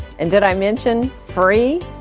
and did i mention free?